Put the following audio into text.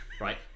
Right